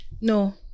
No